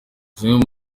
zimwe